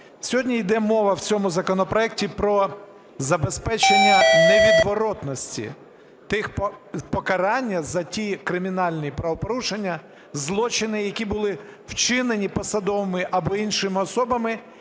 сьогодні йде мова в цьому законопроекті про забезпечення невідворотності покарання за ті кримінальні правопорушення, злочини, які були вчинені посадовими або іншими особами,